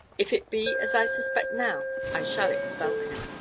if it be as i suspect now, i shall expel him.